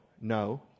no